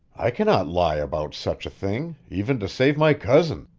i cannot lie about such a thing, even to save my cousin.